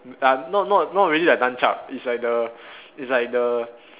uh not not not really like nunchuk it's like the it's like the